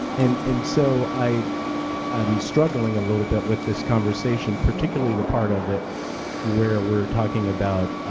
and and so i am struggling a little bit with this conversation particularly the part of it where we are talking about